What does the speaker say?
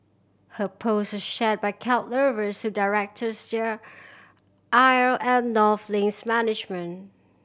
her post was shared by cat lovers who directed their ire at North Link's management